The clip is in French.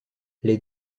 les